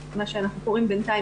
מה שאנחנו קוראים בינתיים,